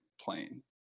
playing